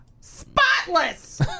Spotless